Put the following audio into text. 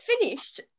finished